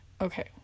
okay